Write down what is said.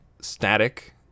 static